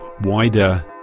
wider